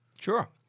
Sure